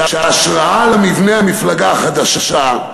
שההשראה למבנה המפלגה החדשה,